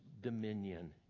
dominion